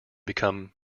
become